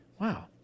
Wow